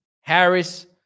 Harris